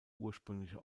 ursprüngliche